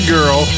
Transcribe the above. Girl